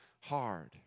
hard